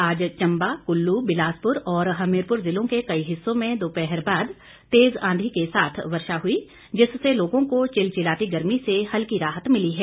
आज चम्बा कुल्लू बिलासपुर और हमीरपुर जिलों के कई हिस्सों में दोपहर बाद तेज आंधी के साथ वर्षा हुई जिससे लोगों को चिलचिलाती गर्मी से हल्की राहत मिली है